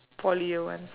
poly year one